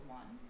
one